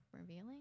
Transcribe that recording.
revealing